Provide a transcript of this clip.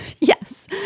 yes